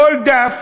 כל דף,